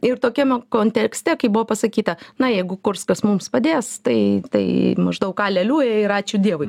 ir tokiame kontekste kai buvo pasakyta na jeigu kurskas mums padės tai tai maždaug aleliuja ir ačiū dievui